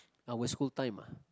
our school time ah